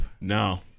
No